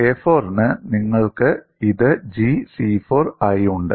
a4 ന് നിങ്ങൾക്ക് ഇത് G c4 ആയി ഉണ്ട്